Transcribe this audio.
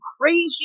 crazy